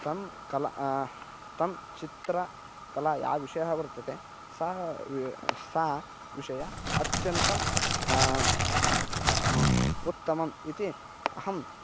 तां कलां तां चित्रकला यः विषयः वर्तते सः वि सः विषयः अत्यन्तं उत्तमः इति अहं